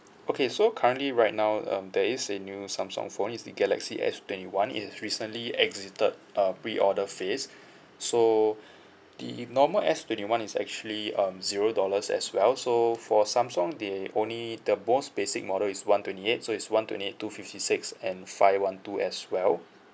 okay so currently right now um there is a new samsung phone it's the galaxy S twenty one it's recently exited uh pre order phase so the normal S twenty one is actually um zero dollars as well so for samsung they only the most basic model is one twenty eight so it's one twenty eight two fifty six and five one two as well